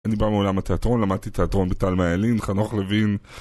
אני בא מעולם התיאטרון, למדתי תיאטרון בתלמה ילין, חנוך לוין...